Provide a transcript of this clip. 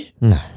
No